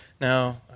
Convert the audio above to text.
Now